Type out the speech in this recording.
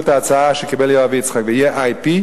את ההצעה שקיבל יואב יצחק ויהיה IP,